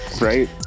right